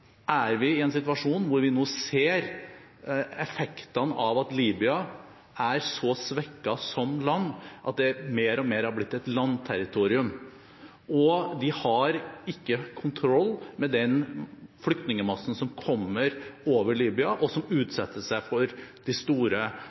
er vi i en situasjon hvor vi nå ser effekten av at Libya er så svekket som land at det mer og mer er blitt et landterritorium. Vi har ikke kontroll over den flyktningmassen som kommer over Libya, og som utsetter seg for de store